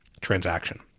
transaction